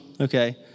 okay